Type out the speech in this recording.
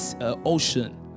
ocean